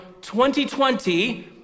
2020